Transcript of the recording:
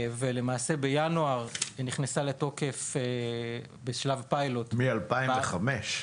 למעשה בינואר נכנסה לתוקף בשלב פיילוט --- מ-2005.